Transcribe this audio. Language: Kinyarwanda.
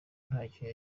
ntacyo